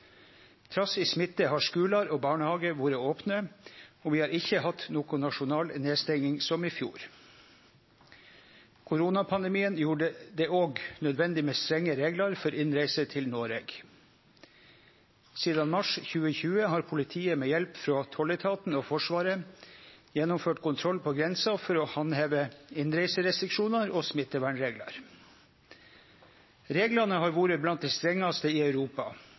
Trass i smitte har skular og barnehage vore opne, og vi har ikkje hatt noka nasjonal nedstenging som i fjor. Koronapandemien gjorde det òg nødvendig med strenge reglar for innreise til Noreg. Sidan mars 2020 har politiet, med hjelp frå tolletaten og Forsvaret, gjennomført kontroll på grensa for å handheve innreiserestriksjonar og smittevernreglar. Reglane har vore blant dei strengaste i Europa